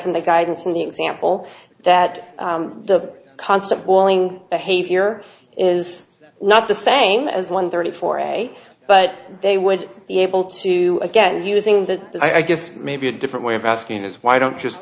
from the guidance in the example that the constant walling behavior is not the same as one thirty four but they would be able to again using that i guess maybe a different way of asking is why don't just